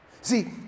See